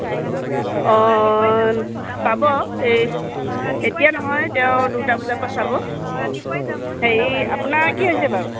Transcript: অঁ পাব এই এতিয়া নহয় তেওঁ দুটা বজাৰ পৰা চাব হেৰি আপোনাৰ কি হৈছে বাৰু